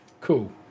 Cool